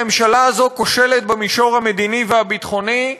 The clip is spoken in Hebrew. הממשלה הזאת כושלת במישור המדיני והביטחוני,